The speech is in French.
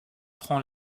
prend